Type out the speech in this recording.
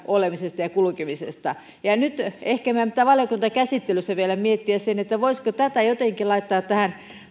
olemisesta ja kulkemisesta nyt ehkä meidän pitää valiokuntakäsittelyssä vielä miettiä sitä voisiko tätä jotenkin laittaa tähän